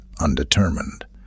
undetermined